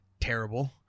terrible